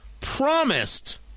promised